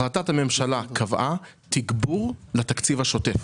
החלטת הממשלה היא על תגבור לתקציב השוטף.